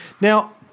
Now